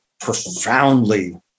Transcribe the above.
profoundly